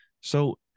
So-